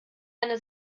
eine